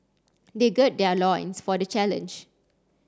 they gird their loins for the challenge